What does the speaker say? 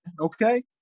okay